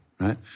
right